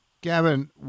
Gavin